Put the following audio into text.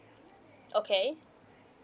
okay